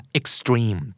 extreme